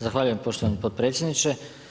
Zahvaljujem poštovani potpredsjedniče.